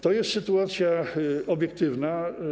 To jest sytuacja obiektywna.